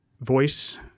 voice